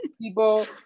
people